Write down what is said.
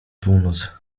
północ